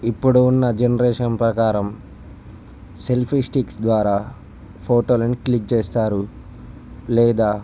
ఇప్పుడు ఉన్న జనరేషన్ ప్రకారం సెల్ఫీ స్టిక్స్ ద్వారా ఫోటోలను క్లిక్ చేస్తారు లేదా